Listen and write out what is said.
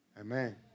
Amen